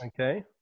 Okay